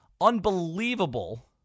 unbelievable